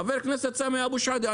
חבר הכנסת סמי אבו שחאדה,